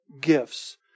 gifts